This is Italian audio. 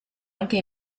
anche